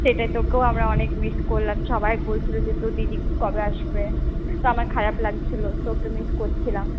সেটাই তোকেও আমরা অনেক মিস করলাম সবাই বলছিল যে তোর দিদি কবে আসবে তো আমার খারাপ লাগছিল তোকে মিস করছিলাম